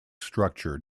structure